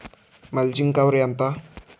Mulching cover ఎంత?